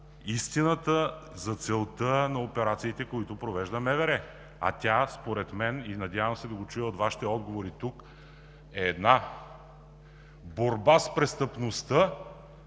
истината за целта на операциите, които провежда МВР. А тя според мен – и се надявам да го чуя от Вашите отговори тук, е борба с престъпността,